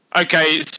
Okay